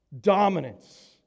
dominance